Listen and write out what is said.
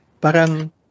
parang